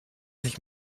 sich